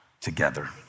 together